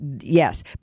yes